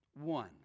One